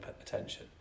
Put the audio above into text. attention